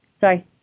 Sorry